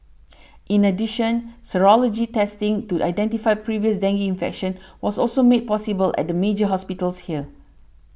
in addition serology testing to identify previous dengue infection was also made at the major hospitals here